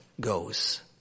goes